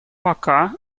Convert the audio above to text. пока